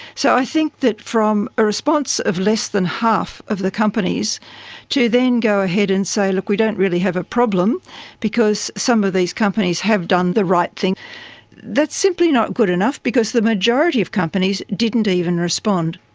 so i think that from a response of less than half of the companies to then go ahead and say, look, we don't really have a problem because some of these companies have done the right thing that's simply not good enough because the majority of companies didn't even respond.